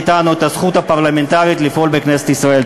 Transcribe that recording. מאתנו את הזכות הפרלמנטרית לפעול בכנסת ישראל.